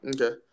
Okay